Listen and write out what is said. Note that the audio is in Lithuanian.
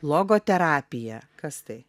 logoterapija kas tai